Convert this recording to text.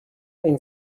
این